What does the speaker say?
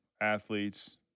athletes